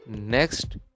Next